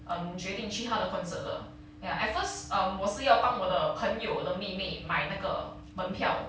um 决定去他的 concert 的 ya at first um 我是要帮我的朋友的妹妹买那个门票